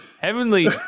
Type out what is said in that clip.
Heavenly